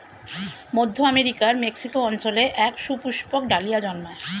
মধ্য আমেরিকার মেক্সিকো অঞ্চলে এক সুপুষ্পক ডালিয়া জন্মায়